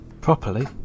Properly